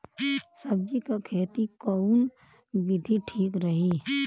सब्जी क खेती कऊन विधि ठीक रही?